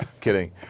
Kidding